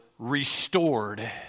restored